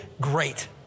great